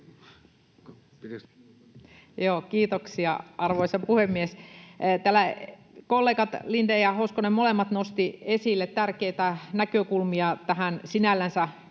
Kiitoksia, arvoisa puhemies! Täällä kollegat Lindén ja Hoskonen, molemmat, nostivat esille tärkeitä näkökulmia tähän sinällänsä,